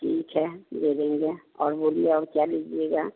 ठीक है दे देंगे और बोलिए और क्या लीजिएगा